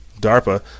DARPA